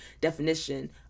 definition